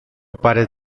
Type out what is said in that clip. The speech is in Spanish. pares